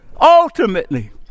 Ultimately